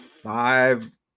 five